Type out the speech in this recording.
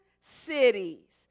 cities